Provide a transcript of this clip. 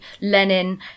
Lenin